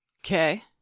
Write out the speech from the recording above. Okay